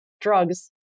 drugs